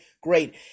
Great